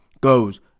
Goes